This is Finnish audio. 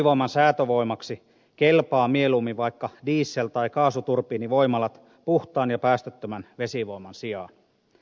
tuulivoiman säätövoimaksi kelpaavat mieluummin vaikka diesel tai kaasuturbiinivoimalat puhtaan ja päästöttömän vesivoiman sijaan